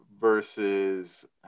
versus